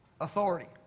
authority